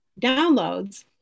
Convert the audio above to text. downloads